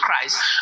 Christ